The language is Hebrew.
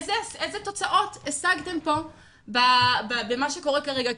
איזה תוצאות השגתם פה במה שקורה כרגע?